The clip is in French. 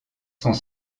sont